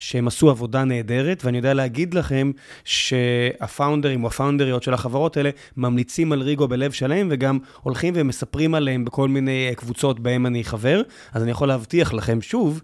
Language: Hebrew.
שהם עשו עבודה נהדרת, ואני יודע להגיד לכם שהפאונדרים או הפאונדריות של החברות האלה ממליצים על ריגו בלב שלם, וגם הולכים ומספרים עליהם בכל מיני קבוצות בהם אני חבר, אז אני יכול להבטיח לכם שוב...